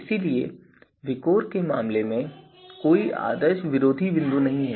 इसलिए विकोर के मामले में कोई आदर्श विरोधी बिंदु नहीं है